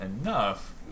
enough